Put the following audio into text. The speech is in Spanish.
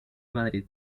madrid